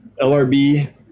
LRB